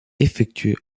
effectué